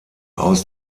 aus